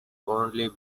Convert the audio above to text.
only